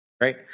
right